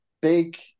big